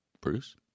Bruce